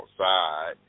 outside